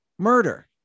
murder